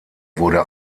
wurde